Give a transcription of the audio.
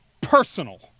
personal